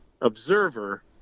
observer